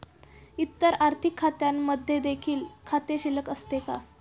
इतर आर्थिक खात्यांमध्ये देखील खाते शिल्लक असते का?